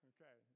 Okay